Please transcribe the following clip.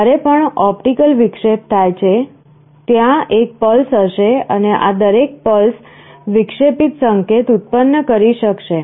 જ્યારે પણ ઓપ્ટિકલ વિક્ષેપ થાય છે ત્યાં એક પલ્સ હશે અને આ દરેક પલ્સ વિક્ષેપિત સંકેત ઉત્પન્ન કરશે